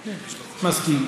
מסכים.